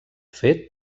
fet